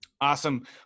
Awesome